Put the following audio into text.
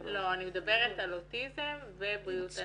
לא, אני מדברת על אוטיזם ובריאות הנפש.